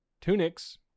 Tunics